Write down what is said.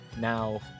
now